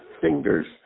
fingers